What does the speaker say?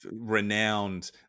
renowned